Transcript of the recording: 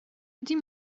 ydy